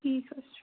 ٹھیٖک حظ چھُ